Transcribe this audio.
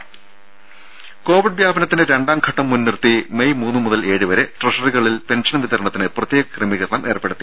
രുര കോവിഡ് വ്യാപനത്തിന്റെ രണ്ടാം ഘട്ടം മുൻനിർത്തി മെയ് മൂന്നു മുതൽ ഏഴു വരെ ട്രഷറികളിൽ പെൻഷൻ വിതരണത്തിന് പ്രത്യേക ക്രമീകരണം ഏർപ്പെടുത്തി